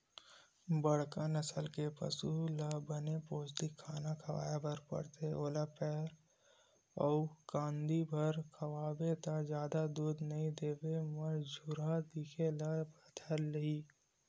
बड़का नसल के पसु ल बने पोस्टिक खाना खवाए बर परथे, ओला पैरा अउ कांदी भर खवाबे त जादा दूद नइ देवय मरझुरहा दिखे ल धर लिही